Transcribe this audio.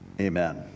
Amen